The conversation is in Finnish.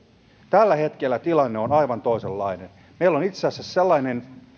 tällä hetkellä tilanne on aivan toisenlainen meillä on itse asiassa sellainen